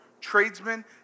tradesmen